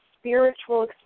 spiritual